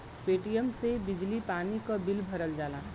Paytm से बिजली पानी क बिल भरल जाला